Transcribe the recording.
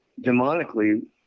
demonically